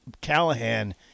Callahan –